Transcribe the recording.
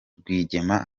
rwigema